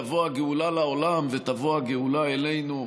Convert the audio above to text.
תבוא הגאולה לעולם ותבוא הגאולה אלינו.